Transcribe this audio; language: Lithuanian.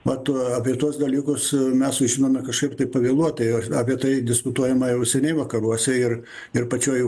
vat apie tuos dalykus mes sužinome kažkaip tai pavėluotai apie tai diskutuojama jau seniai vakaruose ir ir pačioj